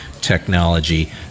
technology